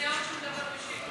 וזה עוד כשהוא מדבר בשקט.